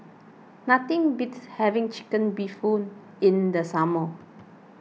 nothing beats having Chicken Bee Hoon in the summer